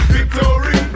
Victory